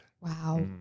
Wow